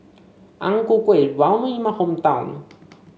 Ang Ku Kueh is well known in my hometown